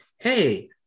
Hey